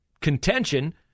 contention